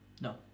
No